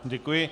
Děkuji.